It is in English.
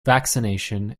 vaccination